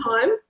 time